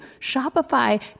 Shopify